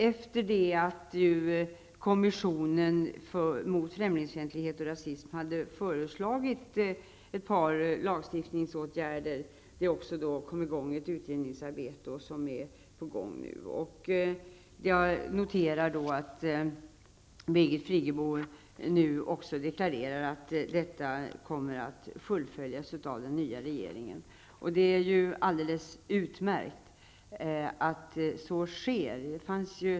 Efter det att kommissionen mot främlingsfientlighet och rasism hade föreslagit ett par lagstiftningsåtgärder, kom det i gång ett utredningsarbete som nu fortskrider. Jag noterar att också Birgit Friggebo nu deklarerar att detta arbete kommer att fullföljas av den nya regeringen. Det är alldeles utmärkt att så sker.